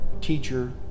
teacher